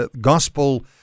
gospel